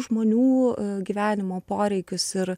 žmonių gyvenimo poreikius ir